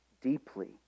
Deeply